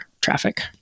traffic